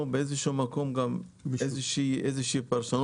יש בו גם היבטים שקשורים לרכב